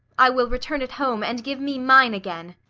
i will return it home, and give me mine again.